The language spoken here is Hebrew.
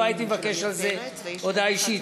לא הייתי מבקש על זה הודעה אישית,